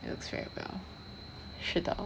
looks very well 是的